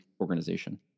organization